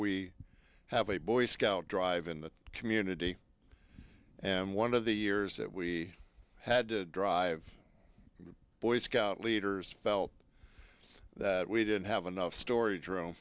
we have a boy scout drive in the community and one of the years that we had to drive boy scout leaders felt that we didn't have enough stor